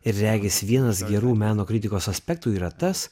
ir regis vienas gerų meno kritikos aspektų yra tas